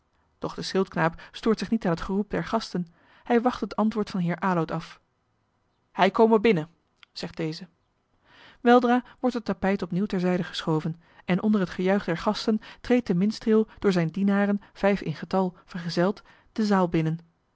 doch de schildknaap stoort zich niet aan het geroep der gasten hij wacht het antwoord van heer aloud af hij kome binnen zegt deze weldra wordt het tapijt opnieuw terzijde geschoven en onder het gejuich der gasten treedt de minstreel door zijne dienaren vijf in getal vergezeld de zaal binnen